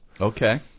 Okay